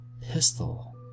pistol